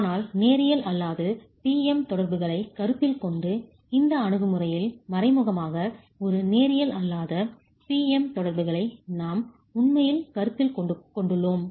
ஆனால் நேரியல் அல்லாத P M தொடர்புகளை கருத்தில் கொண்டு இந்த அணுகுமுறையில் மறைமுகமாக ஒரு நேரியல் அல்லாத P M தொடர்புகளை நாம்உண்மையில் கருத்தில் கொண்டுள்ளோம்